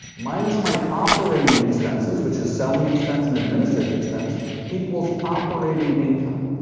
minus my operating expenses, which is selling expense and administrative expense equals operating income.